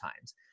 times